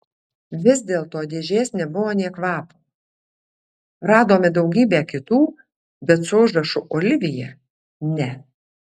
vis dėlto dėžės nebuvo nė kvapo radome daugybę kitų bet su užrašu olivija ne